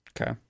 Okay